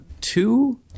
two